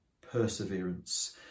perseverance